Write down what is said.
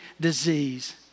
disease